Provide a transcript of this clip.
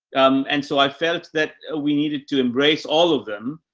um, and so i felt that we needed to embrace all of them,